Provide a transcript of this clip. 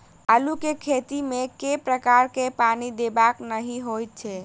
आलु केँ खेत मे केँ प्रकार सँ पानि देबाक नीक होइ छै?